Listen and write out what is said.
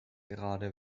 gerade